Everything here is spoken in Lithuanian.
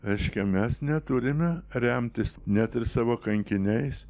reiškia mes neturime remtis net ir savo kankiniais